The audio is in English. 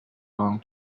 long